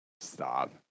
stop